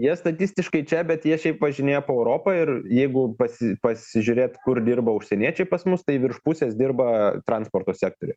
jie statistiškai čia bet jie šiaip važinėja po europą ir jeigu pasi pasižiūrėt kur dirba užsieniečiai pas mus tai virš pusės dirba transporto sektoriuje